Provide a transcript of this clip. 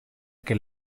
que